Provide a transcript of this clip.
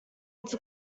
its